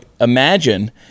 imagine